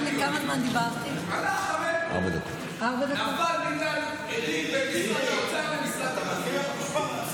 נפל בגלל ריב בין משרד האוצר למשרד התחבורה.